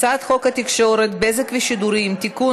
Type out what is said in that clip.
ההצעה להעביר את הצעת חוק התקשורת (בזק ושידורים) (תיקון,